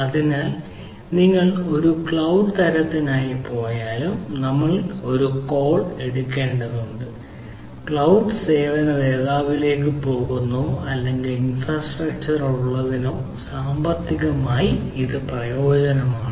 അതിനാൽ നിങ്ങൾ ഒരു ക്ലൌഡ് തരത്തിനായി പോയാലും നമ്മൾ ഒരു കോൾ എടുക്കേണ്ടതുണ്ട് ക്ലൌഡ് സേവന ദാതാവിലേക്ക് പോകുന്നതിനോ അല്ലെങ്കിൽ ഇൻഫ്രാസ്ട്രക്ചർ ഉള്ളതിനോ സാമ്പത്തികമായി പ്രയോജനകരമാണ്